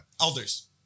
Elders